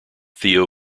theo